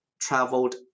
traveled